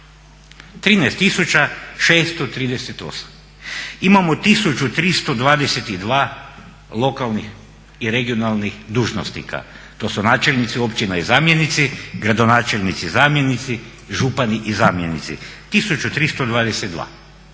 638, imamo 1322 lokalnih i regionalnih dužnosnika, to su načelnici općina i zamjenici, gradonačelnici, zamjenici, župani i zamjenici 1322,